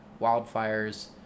wildfires